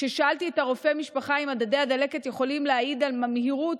כששאלתי את רופא המשפחה אם מדדי הדלקת יכולים להעיד על ממאירות,